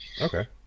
okay